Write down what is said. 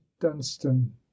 dunstan